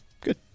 Good